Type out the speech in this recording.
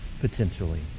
potentially